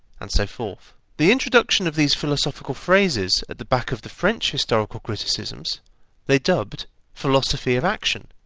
and so forth. the introduction of these philosophical phrases at the back of the french historical criticisms they dubbed philosophy of action,